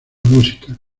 música